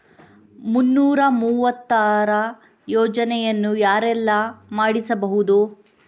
ಮುನ್ನೂರ ಮೂವತ್ತರ ಯೋಜನೆಯನ್ನು ಯಾರೆಲ್ಲ ಮಾಡಿಸಬಹುದು?